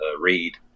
read